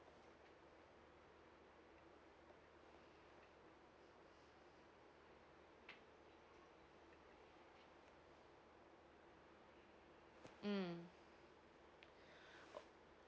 mm